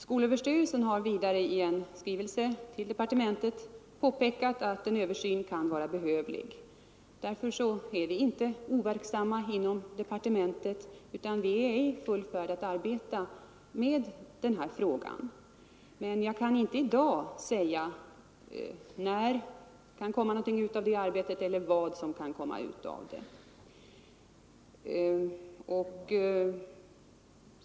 Skolöverstyrelsen har vidare i en skrivelse till departementet påpekat att en översyn kan vara behövlig. Därför är vi inte overksamma inom departementet, utan vi är i full färd med att arbeta med denna fråga. Jag kan dock inte i dag säga när det kan komma ut någonting av det arbetet eller vad som kan komma ut av det.